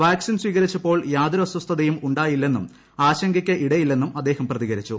vaccine സ്വീകരിച്ചപ്പോൾ യാതൊരു അസ്വസ്ഥതയും ഉണ്ടായില്ലെന്നും ആശങ്കയ്ക്ക് ഇടയില്ലെന്നും അദ്ദേഹം പ്രതികരിച്ചു